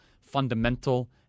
fundamental